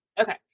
Okay